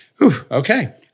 Okay